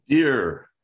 Dear